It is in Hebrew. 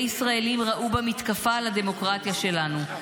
ישראלים ראו בה מתקפה על הדמוקרטיה שלנו,